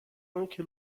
anche